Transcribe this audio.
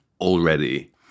already